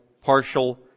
partial